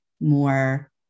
more